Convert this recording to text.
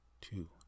Two